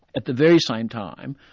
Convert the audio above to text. at the very same time,